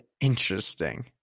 Interesting